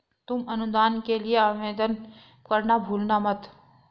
तुम अनुदान के लिए आवेदन करना भूलना मत